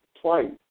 twice